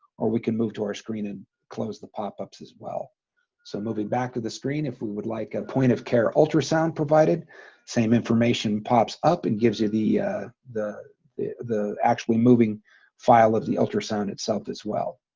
or we can move to our screen and close the pop-ups as well so moving back to the screen if we would like a point of care ultrasound provided same information pops up and gives you the ah, the the actually moving file of the ultrasound itself as well.